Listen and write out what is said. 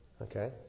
Okay